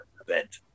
event